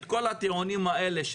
את כל הטיעונים האלה,